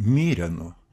mirė nu